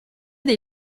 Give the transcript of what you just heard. dei